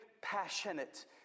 passionate